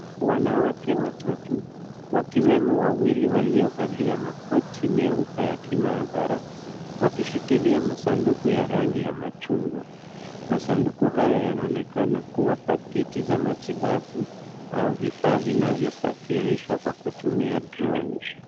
Wanawake watatu wakiwemo wawili waliovalia makoti myeupe ya kimaabara, wakishikilia masanduku ya rangi ya machungwa, masanduku haya yanaonekana kuwa pakiti za matibabu au vifaa vinavyosafirishwa kwa kutumia droni.